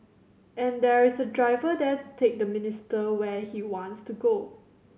and there is a driver there to take the minister where he wants to go